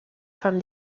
from